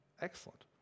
Excellent